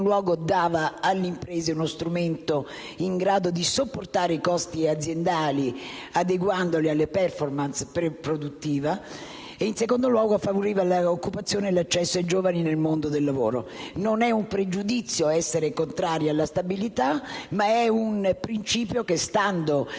luogo, dava alle imprese uno strumento in grado di sopportare i costi aziendali adeguandoli alle *performance* produttive e, in secondo luogo, favoriva l'occupazione e l'accesso ai giovani nel mondo del lavoro. Non c'è un pregiudizio contrario alla stabilità, ma è un principio che, stando